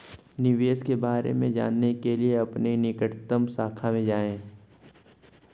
निवेश के बारे में जानने के लिए अपनी निकटतम शाखा में जाएं